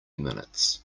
minutes